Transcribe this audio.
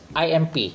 IMP